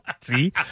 See